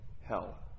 hell